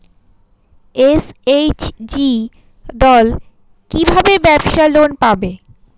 SHG দল কী ভাবে ব্যাবসা লোন পাবে?